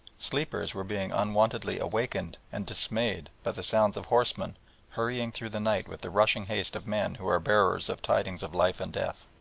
sleepers were being unwontedly awakened and dismayed by the sounds of horsemen hurrying through the night with the rushing haste of men who are bearers of tidings of life and death.